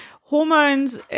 hormones